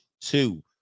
two